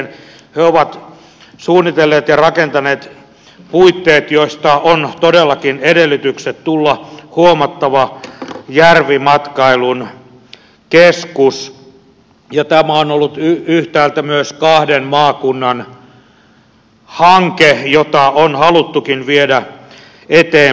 he ovat suunnitelleet ja rakentaneet puitteet joista on todellakin edellytykset tulla huomattava järvimatkailun keskus ja tämä on ollut yhtäältä myös kahden maakunnan hanke jota on haluttukin viedä eteenpäin